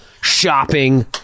shopping